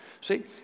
See